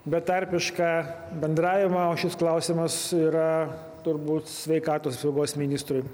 betarpišką bendravimą o šis klausimas yra turbūt sveikatos apsaugos ministrui